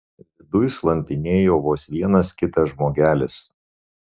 viduj slampinėjo vos vienas kitas žmogelis